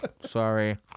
Sorry